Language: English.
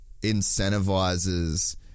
incentivizes